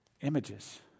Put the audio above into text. images